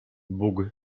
bóg